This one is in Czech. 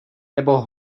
nebo